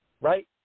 right